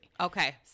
Okay